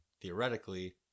theoretically